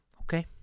Okay